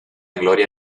gloria